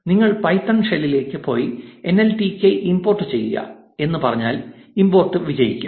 നിങ്ങൾ പൈത്തൺ ഷെല്ലിലേക്ക് പോയി എൻഎൽടികെ ഇമ്പോർട്ട് ചെയ്യുക എന്ന് പറഞ്ഞാൽ ഇമ്പോർട്ട് വിജയിക്കും